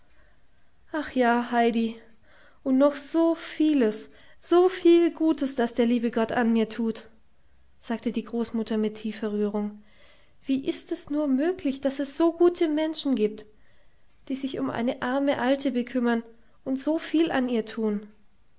ach ja heidi und noch so vieles so viel gutes das der liebe gott an mir tut sagte die großmutter mit tiefer rührung wie ist es nur möglich daß es so gute menschen gibt die sich um eine arme alte bekümmern und so viel an ihr tun